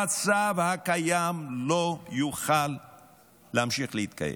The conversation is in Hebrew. המצב הקיים לא יוכל להמשיך להתקיים.